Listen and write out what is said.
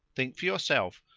think for yourself.